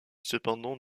cependant